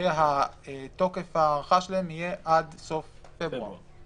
שתוקף ההארכה יהיה עד סוף פברואר.